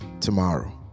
tomorrow